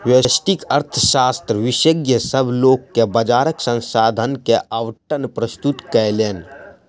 व्यष्टि अर्थशास्त्रक विशेषज्ञ, सभ लोक के बजारक संसाधन के आवंटन प्रस्तुत कयलैन